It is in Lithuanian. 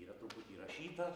yra truputį rašyta